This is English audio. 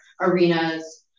arenas